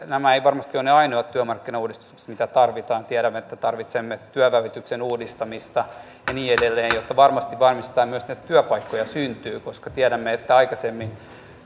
nämä eivät varmasti ole ne ainoat työmarkkinauudistukset mitä tarvitaan tiedämme että tarvitsemme työnvälityksen uudistamista ja niin edelleen jotta varmasti varmistetaan että myös niitä työpaikkoja syntyy koska tiedämme että aikaisemmin